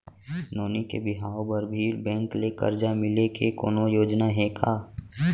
नोनी के बिहाव बर भी बैंक ले करजा मिले के कोनो योजना हे का?